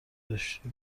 داشته